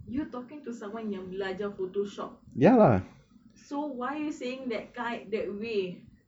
you talking to someone yang belajar photoshop so why you saying that guy that way